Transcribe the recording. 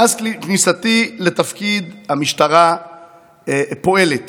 מאז כניסתי לתפקיד, המשטרה פועלת